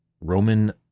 Roman